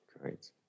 Great